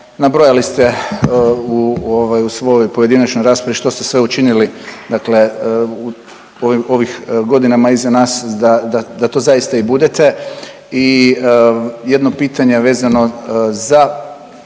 nabrojali ste u svojoj pojedinačnoj raspravi što ste sve učinili u ovih godinama iza nas da to zaista i budete. I jedno pitanje vezano za